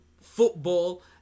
football